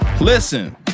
Listen